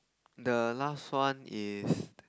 the last one is